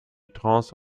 trance